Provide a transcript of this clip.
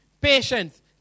Patience